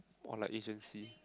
or like agency